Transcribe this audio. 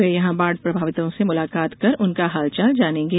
वे यहां बाढ़ प्रभावितों से मुलाकात कर उनका हालचाल जानेंगे